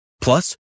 Plus